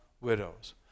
widows